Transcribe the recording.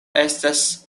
estas